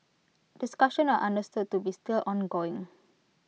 discussion are understood to be still ongoing